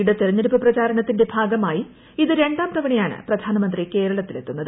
യുടെ തിരഞ്ഞെടുപ്പ് പ്രചാരണത്തിന്റെ ഭാഗമായി ഇത് രണ്ടാം തവണയാണ് പ്രധാനമന്ത്രി കേരളത്തിലെത്തുന്നത്